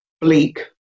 bleak